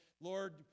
Lord